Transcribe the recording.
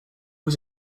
was